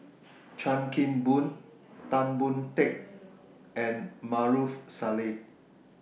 Chan Kim Boon Tan Boon Teik and Maarof Salleh